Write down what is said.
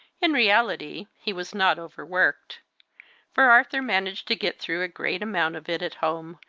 in reality, he was not overworked for arthur managed to get through a great amount of it at home,